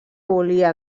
volia